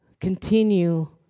continue